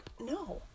no